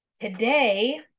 today